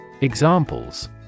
Examples